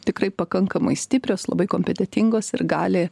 tikrai pakankamai stiprios labai kompetentingos ir gali